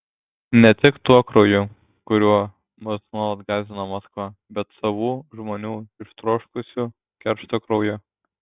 ne tik tuo krauju kuriuo mus nuolat gąsdino maskva bet savų žmonių ištroškusių keršto krauju